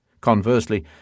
Conversely